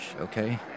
okay